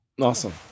Awesome